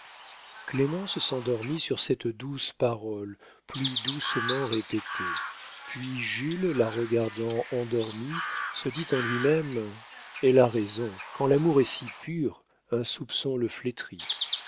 clémence s'endormit sur cette douce parole plus doucement répétée puis jules la regardant endormie se dit en lui-même elle a raison quand l'amour est si pur un soupçon le flétrit